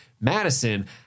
Madison